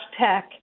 tech